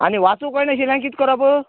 आनी वाचूंक कळनाशिल्यान कित करप